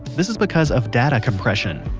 this is because of data compression.